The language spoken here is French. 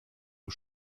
aux